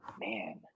man